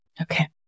Okay